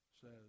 says